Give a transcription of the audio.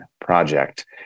project